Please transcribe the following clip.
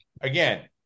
Again